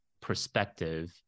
perspective